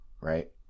right